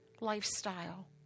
lifestyle